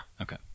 Okay